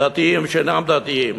דתיים ושאינם דתיים,